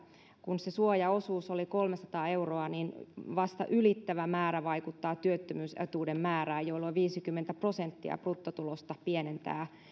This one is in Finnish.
kun se suojaosuus oli kolmesataa euroa niin vasta ylittävä määrä vaikuttaa työttömyysetuuden määrään jolloin viisikymmentä prosenttia bruttotulosta pienentää